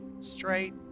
straight